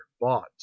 bought